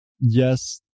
yes